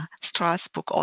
Strasbourg